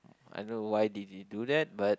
I don't know why did he do that but